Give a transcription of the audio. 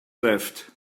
left